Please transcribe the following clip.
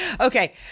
Okay